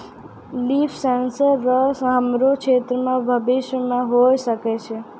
लिफ sensor रो हमरो क्षेत्र मे भविष्य मे होय सकै छै